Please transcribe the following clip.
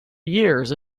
years